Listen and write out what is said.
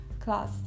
class